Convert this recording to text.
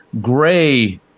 gray